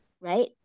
Right